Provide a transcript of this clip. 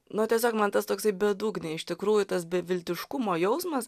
nu tiesiog man tas toksai bedugnė iš tikrųjų tas beviltiškumo jausmas